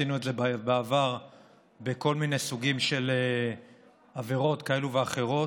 עשינו את זה בעבר בכל מיני סוגים של עבירות כאלה ואחרות.